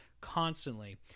constantly